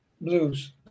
blues